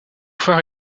frère